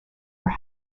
her